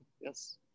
Yes